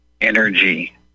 energy